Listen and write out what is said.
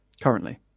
currently